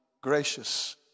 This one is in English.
gracious